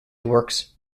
works